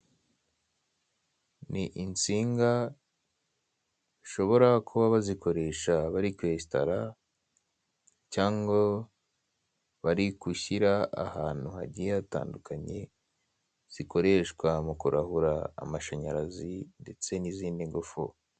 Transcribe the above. Insinga z'amashanyarazi zifite ibara ry'ubururu. Zizinze mu buryo bw'uruziga, zikaba zihambirijwe ibirere by'insina. Ziteretse hasi.